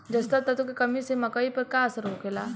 जस्ता तत्व के कमी से मकई पर का असर होखेला?